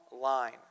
line